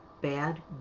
bad